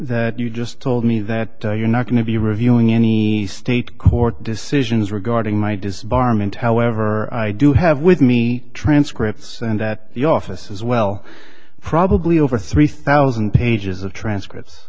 that you just told me that you're not going to be reviewing any state court decisions regarding my disbarment however i do have with me transcripts and that the office is well probably over three thousand pages of transcripts